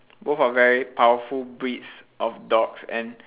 both are very powerful breeds of dogs and